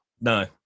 No